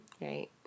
Right